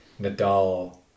Nadal